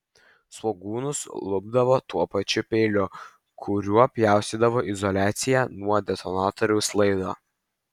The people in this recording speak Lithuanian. svogūnus lupdavo tuo pačiu peiliu kuriuo pjaustydavo izoliaciją nuo detonatoriaus laido